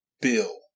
bill